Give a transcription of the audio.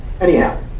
Anyhow